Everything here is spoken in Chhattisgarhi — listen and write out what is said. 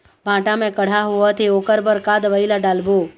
भांटा मे कड़हा होअत हे ओकर बर का दवई ला डालबो?